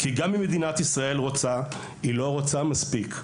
כי גם אם מדינת ישראל רוצה, היא לא רוצה מספיק.